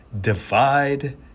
divide